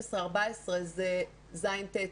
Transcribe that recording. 12 14 זה ז' ט',